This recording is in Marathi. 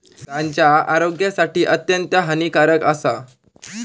गांजा आरोग्यासाठी अत्यंत हानिकारक आसा